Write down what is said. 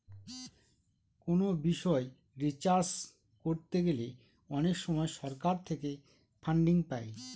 কোনো বিষয় রিসার্চ করতে গেলে অনেক সময় সরকার থেকে ফান্ডিং পাই